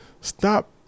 Stop